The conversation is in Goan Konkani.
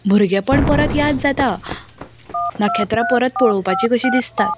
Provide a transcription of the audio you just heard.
भुरगेंपण परत याद जाता नखेत्रां परत पळोवपाची कशीं दिसता